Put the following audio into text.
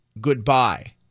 goodbye